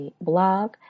blog